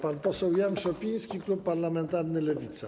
Pan poseł Jan Szopiński, klub parlamentarny Lewica.